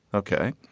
ok.